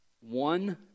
One